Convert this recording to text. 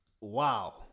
wow